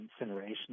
incineration